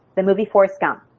the movie forrest gump,